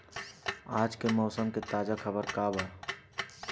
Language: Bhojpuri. आज के मौसम के ताजा खबर का बा?